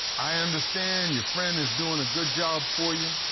i understand your friend is doing a good job for you.